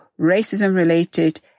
racism-related